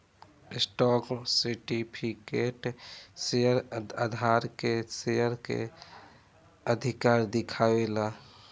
stock certificate share धारक के share के अधिकार दिखावे ला